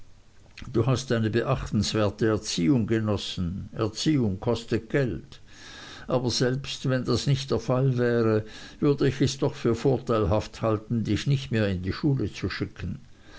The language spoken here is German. du hast eine beachtenswerte erziehung genossen erziehung kostet geld aber selbst wenn das nicht der fall wäre würde ich es doch für vorteilhaft halten dich nicht mehr in die schule zu schicken